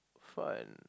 fun